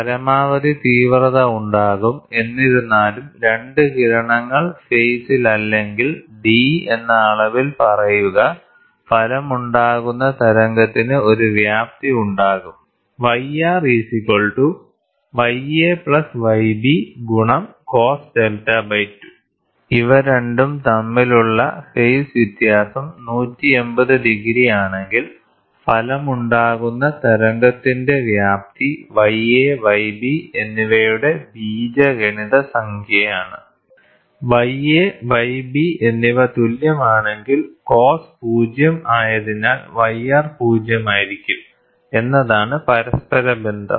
പരമാവധി തീവ്രത ഉണ്ടാകും എന്നിരുന്നാലും രണ്ട് കിരണങ്ങൾ ഫേസിലല്ലെങ്കിൽ d എന്ന അളവിൽ പറയുക ഫലമായുണ്ടാകുന്ന തരംഗത്തിന് ഒരു വ്യാപ്തി ഉണ്ടാകും ഇവ രണ്ടും തമ്മിലുള്ള ഫേസ് വ്യത്യാസം 180 ഡിഗ്രിയാണെങ്കിൽ ഫലമായുണ്ടാകുന്ന തരംഗത്തിന്റെ വ്യാപ്തി y a y b എന്നിവയുടെ ബീജഗണിത സംഖ്യയാണ് ya yb എന്നിവ തുല്യമാണെങ്കിൽ cos 0 ആയതിനാൽ yr പൂജ്യമായിരിക്കും എന്നതാണ് പരസ്പരബന്ധം